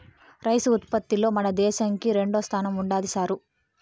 rice ఉత్పత్తిలో మన దేశంకి రెండోస్థానం ఉండాది సారూ